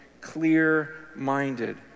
clear-minded